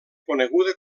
coneguda